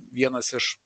vienas iš